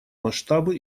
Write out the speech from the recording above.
масштабы